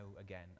again